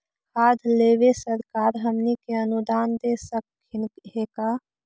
खाद लेबे सरकार हमनी के अनुदान दे सकखिन हे का?